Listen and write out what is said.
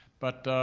but,